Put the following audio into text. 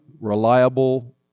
reliable